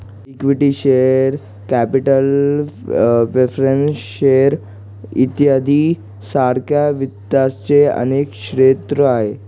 equity share capital preference shares इत्यादी सारख्या वित्ताचे अनेक स्रोत आहेत